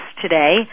today